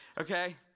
Okay